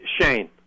Shane